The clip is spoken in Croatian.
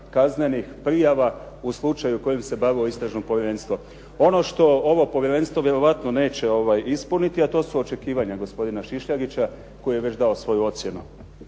kaznenih prijava u slučaju kojim se bavilo istražno povjerenstvo. Ono što ovo Povjerenstvo vjerojatno neće ispuniti a to su očekivanja gospodina Šišljagića koji je već dao svoju ocjenu.